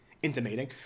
Intimating